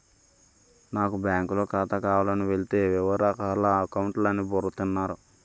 నాకు బాంకులో ఖాతా కావాలని వెలితే ఏవేవో రకాల అకౌంట్లు అని బుర్ర తిన్నారు